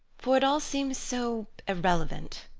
for it all seems so irrelevant.